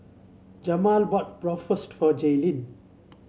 Jamel bought Bratwurst for Jaylin